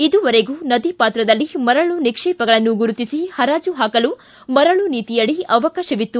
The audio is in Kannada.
ಇದುವರೆಗೂ ನದಿ ಪಾತ್ರದಲ್ಲಿ ಮರಳು ನಿಕ್ಷೇಪಗಳನ್ನು ಗುರುತಿಸಿ ಪರಾಜು ಹಾಕಲು ಮರಳು ನೀತಿಯಡಿ ಅವಕಾಶವಿತ್ತು